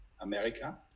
America